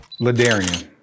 Ladarian